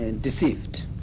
deceived